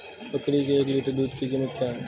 बकरी के एक लीटर दूध की कीमत क्या है?